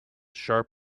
sharp